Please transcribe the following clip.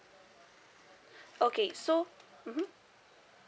okay so mmhmm